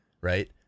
Right